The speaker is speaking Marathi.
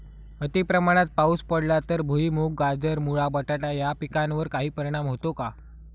अतिप्रमाणात पाऊस पडला तर भुईमूग, गाजर, मुळा, बटाटा या पिकांवर काही परिणाम होतो का?